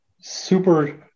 super